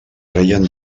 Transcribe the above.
reien